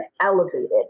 elevated